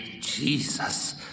Jesus